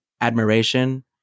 admiration